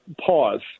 pause